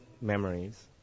memories